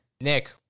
Nick